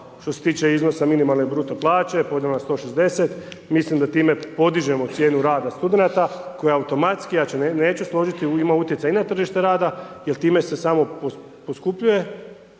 što se tiče minimalne bruto plaće, podijeljeno na 160, mislim da time podižemo cijenu rada studenata koja automatski, ja se neću složiti, ima utjecaj i na tržište rada jer time se samo poskupljuje